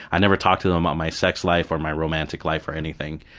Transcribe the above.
i never talked to them about my sex life or my romantic life or anything.